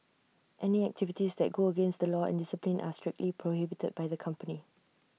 any activities that go against the law and discipline are strictly prohibited by the company